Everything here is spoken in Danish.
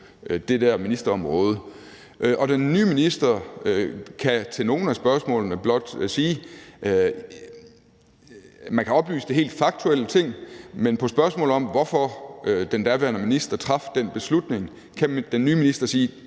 på det ministerområde. Og den nye minister kan til nogle af spørgsmålene komme med oplysninger om helt faktuelle ting, men på spørgsmål om, hvorfor den daværende minister traf den beslutning, kan den nye minister sige: